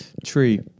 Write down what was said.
Tree